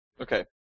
Okay